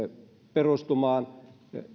perustumaan